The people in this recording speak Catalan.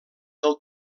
del